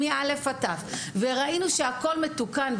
וראינו שהכול מתוקן,